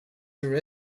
there